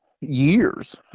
years